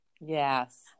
Yes